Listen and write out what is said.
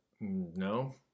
no